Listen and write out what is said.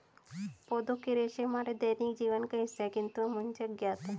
पौधों के रेशे हमारे दैनिक जीवन का हिस्सा है, किंतु हम उनसे अज्ञात हैं